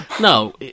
no